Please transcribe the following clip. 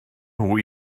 nhw